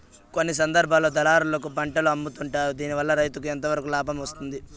కొన్ని సందర్భాల్లో దళారులకు పంటలు అమ్ముతుంటారు దీనివల్ల రైతుకు ఎంతవరకు లాభం వస్తుంది?